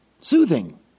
soothing